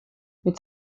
mit